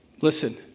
Listen